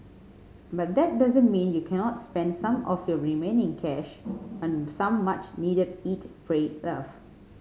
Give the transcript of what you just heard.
but that doesn't mean you cannot spend some of your remaining cash on some much needed eat pray love